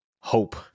hope